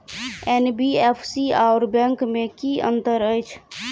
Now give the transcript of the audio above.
NBFC आओर bank मे की अंतर अछि?